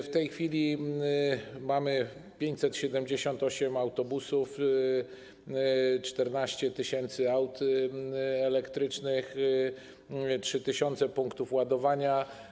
W tej chwili mamy 578 autobusów, 14 tys. aut elektrycznych, 3 tys. punktów ładowania.